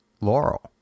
Laurel